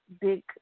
big